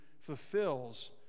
fulfills